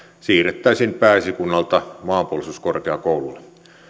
siirrettäisiin pääesikunnalta maanpuolustuskorkeakoululle